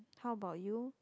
how about you